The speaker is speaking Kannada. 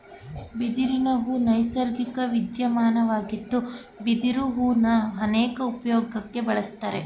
ಬಿದಿರಿನಹೂ ನೈಸರ್ಗಿಕ ವಿದ್ಯಮಾನವಾಗಿದ್ದು ಬಿದಿರು ಹೂನ ಅನೇಕ ಉಪ್ಯೋಗಕ್ಕೆ ಬಳುಸ್ತಾರೆ